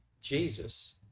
Jesus